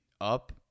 up